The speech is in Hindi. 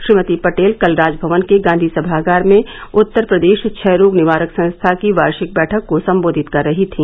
श्रीमती पटेल कल राजभवन के गांधी सभागार में उत्तर प्रदेश क्षय रोग निवारक संस्था की वार्षिक बैठक को संबोधित कर रही थी